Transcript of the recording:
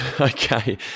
Okay